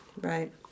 Right